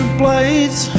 blades